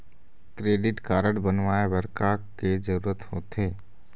Credit card बनवाए बर का के जरूरत होते?